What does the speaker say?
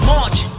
March